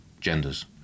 genders